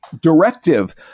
directive